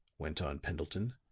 went on pendleton.